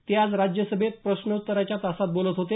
ते आज राज्यसभेत प्रश्नोत्तराच्या तासात बोलत होते